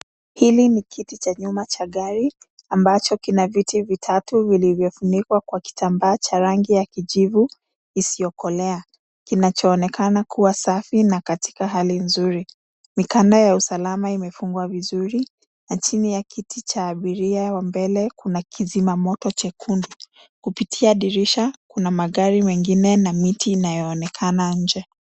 Hili ni kiti cha nyuma cha gari ambacho kina viti vitatu vilivyofunikwa kwa kitambaa cha rangi ya kijivu isiyokolea, kinachoonekana kuwa safi na katika hali nzuri. Mikanda ya usalama imefungwa vizuri na chini ya kiti cha abiria wa mbele, kuna kizima moto chekundu. Kupitia dirisha, kuna magari mengine na miti inayoonekana nje.